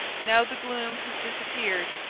now the gloom has disappeared,